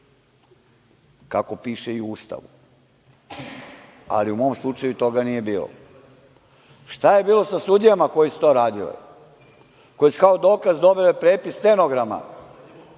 kako piše i u Ustavu, ali u mom slučaju toga nije bilo. Šta je bilo sa sudijama koje su to radile i koje su kao dokaz dobile prepis stenograma